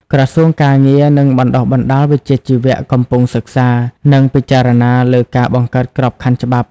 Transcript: ក្រសួងការងារ និងបណ្តុះបណ្តាលវិជ្ជាជីវៈ កំពុងសិក្សា និងពិចារណាលើការបង្កើតក្របខ័ណ្ឌច្បាប់។